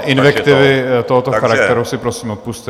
Invektivy tohoto charakteru si prosím odpusťte.